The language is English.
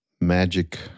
magic